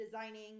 designing